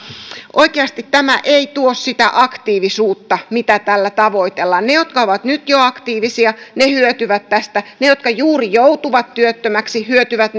oikeasti tämä ei tuo sitä aktiivisuutta mitä tällä tavoitellaan ne jotka ovat nyt jo aktiivisia hyötyvät tästä ne jotka joutuvat juuri työttömiksi hyötyvät